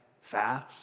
fast